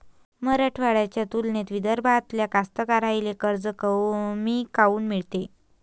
मराठवाड्याच्या तुलनेत विदर्भातल्या कास्तकाराइले कर्ज कमी काऊन मिळते?